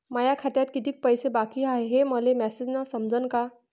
माया खात्यात कितीक पैसे बाकी हाय हे मले मॅसेजन समजनं का?